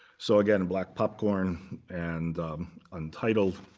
so again, black popcorn and untitled.